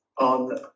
on